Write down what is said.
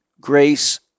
grace